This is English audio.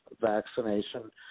vaccination